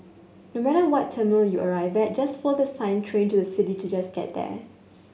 no matter what terminal you arrive at just follow the sign Train to the City to just get there